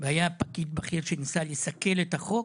והיה פקיד בכיר שניסה לסכל את החוק.